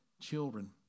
children